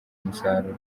umusaruro